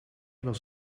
was